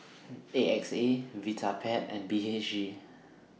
A X A Vitapet and B H G